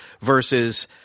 versus